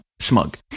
smug